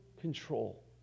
control